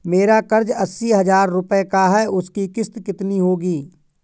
मेरा कर्ज अस्सी हज़ार रुपये का है उसकी किश्त कितनी होगी?